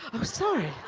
i'm sorry.